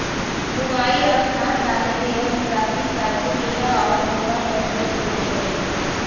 बुवाई आर खाद डाले के यंत्र प्राचीन काल से केरा आर पोरा यंत्र के उपयोग होवई हल